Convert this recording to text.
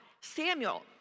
Samuel